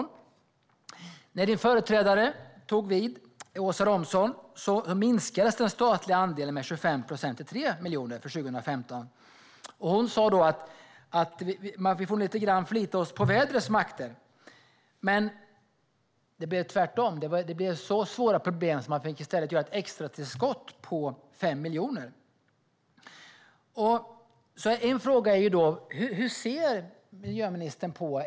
När Karolina Skogs företrädare, Åsa Romson, tog vid minskades den statliga andelen med 25 procent, till 3 miljoner för 2015. Hon sa att vi får förlita oss lite grann på vädrets makter. Det blev tvärtom. Det blev så svåra problem att man i stället fick ge ett extratillskott på 5 miljoner. Hur ser miljöministern på det?